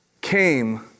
came